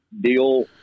deal